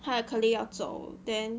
他的 colleague 要走 then